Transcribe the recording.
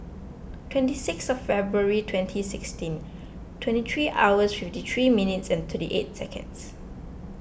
twenty sixth of February twenty sixteen twenty three hours fifty three minutes and thirty eight seconds